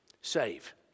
save